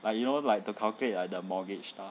like you know like to calculate the mortgage stuff